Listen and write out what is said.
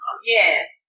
Yes